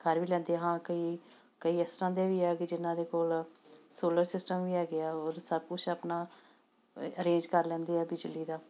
ਕਰ ਵੀ ਲੈਂਦੇ ਹਾਂ ਕਈ ਕਈ ਇਸ ਤਰ੍ਹਾਂ ਦੇ ਵੀ ਆ ਕਿ ਜਿਹਨਾਂ ਦੇ ਕੋਲ ਸੋਲਰ ਸਿਸਟਮ ਵੀ ਹੈਗੇ ਆ ਹੋਰ ਸਭ ਕੁਛ ਆਪਣਾ ਇ ਅਰੇਂਜ ਕਰ ਲੈਂਦੇ ਆ ਬਿਜਲੀ ਦਾ